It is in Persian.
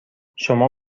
شما